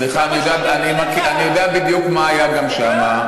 זה מה, סליחה, אני יודע בדיוק מה היה גם שם.